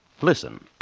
Listen